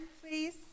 please